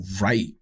right